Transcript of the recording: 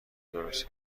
درست